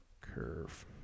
Curve